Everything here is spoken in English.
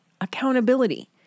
accountability